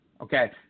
Okay